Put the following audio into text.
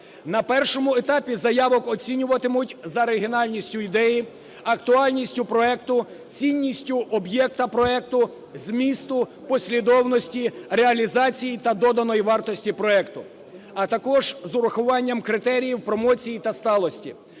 На першому етапі заявки оцінюватимуть за оригінальністю ідеї, актуальністю проекту, цінністю об'єкту проекту, змісту, послідовності, реалізації та доданої вартості проекту, а також з урахуванням критеріїв, промоцій та сталості.